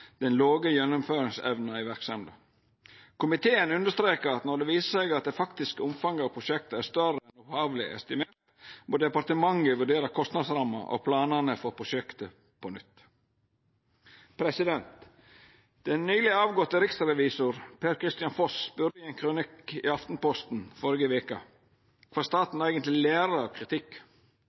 den låge gjennomføringsevna i verksemda. Komiteen understrekar at når det viser seg at det faktiske omfanget av prosjektet er større enn opphavleg estimert, må departementet vurdera kostnadsramma og planane for prosjektet på nytt. Den nyleg avgåtte riksrevisoren, Per-Kristian Foss, spurde i ein kronikk i Aftenposten førre veke kva staten eigentleg lærer av kritikk.